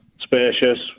spacious